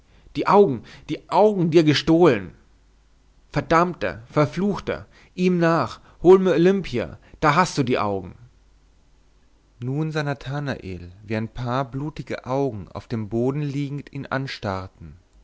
die augen die augen dir gestohlen verdammter verfluchter ihm nach hol mir olimpia da hast du die augen nun sah nathanael wie ein paar blutige augen auf dem boden liegend ihn anstarrten